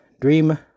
dream